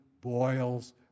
boils